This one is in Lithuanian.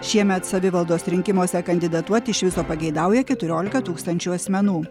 šiemet savivaldos rinkimuose kandidatuoti iš viso pageidauja keturiolika tūkstančių asmenų